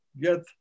get